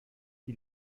die